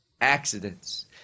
accidents